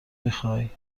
میخوای